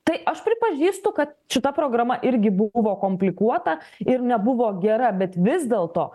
tai aš pripažįstu kad šita programa irgi buvo komplikuota ir nebuvo gera bet vis dėlto